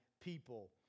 people